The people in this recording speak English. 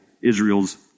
Israel's